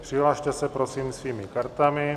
Přihlaste se, prosím, svými kartami.